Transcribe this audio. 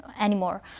anymore